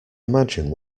imagine